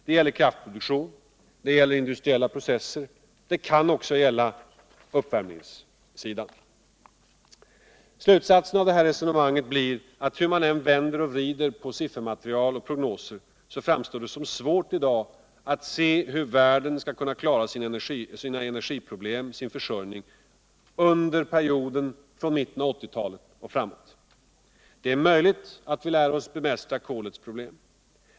Det gäller kraftproduktion, det gäller industriella processer, det kan också gälla vissa uppvärmningsändamål. Slutsatsen av detta resonemang blir att hur man än vänder och vrider på siffermaterial och prognoser så framstår det som svårt i dag att se hur viirlden skall kunna klara sina energiproblem under perioden från mitten av 1980 talet och framåt. Det är mötligt att vi lär oss bemästra kolets problem.